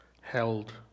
Held